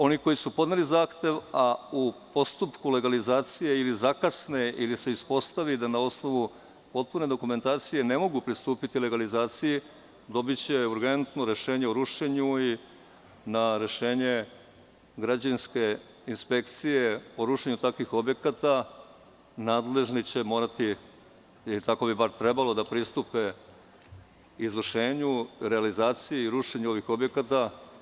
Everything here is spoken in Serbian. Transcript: Oni koji su podneli zahtev, a u postupku legalizacije, ili zakasne, ili se ispostavi da na osnovu potpune dokumentacije ne mogu pristupiti legalizaciji, dobiće urgentno rešenje o rušenju i na rešenje građevinske inspekcije o rušenju takvih objekata nadležni će morati, ili tako bi bar trebali, da pristupe izvršenju realizacije rešenja ovih objekata.